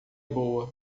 boa